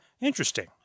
interesting